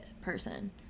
person